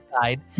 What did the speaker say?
side